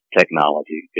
technology